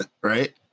Right